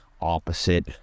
opposite